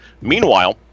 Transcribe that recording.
Meanwhile